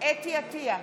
חוה אתי עטייה,